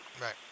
Right